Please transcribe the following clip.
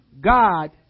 God